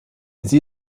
sie